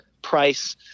price